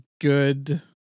good